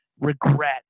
regret